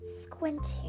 squinting